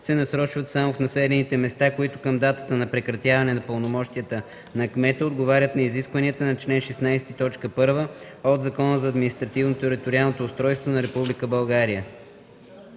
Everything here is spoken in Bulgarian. се насрочват само в населените места, които към датата на прекратяване на пълномощията на кмета отговарят на изискванията на чл. 16, т. 1 от Закона за административно-териториалното устройство на